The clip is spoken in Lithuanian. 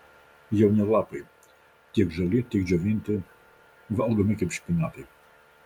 jauni lapai tiek žali tiek džiovinti valgomi kaip špinatai